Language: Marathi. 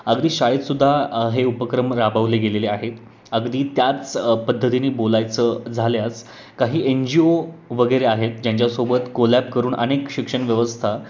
अगदी शाळेत सुद्धा हे उपक्रम राबवले गेलेले आहेत अगदी त्याच पद्धतीने बोलायचं झाल्यास काही एन जी ओ वगैरे आहेत ज्यांच्यासोबत कोलॅब करून अनेक शिक्षणव्यवस्था